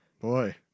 boy